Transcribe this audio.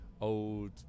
old